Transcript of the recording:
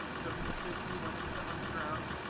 so he just basically went into underground